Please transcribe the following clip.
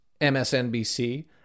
MSNBC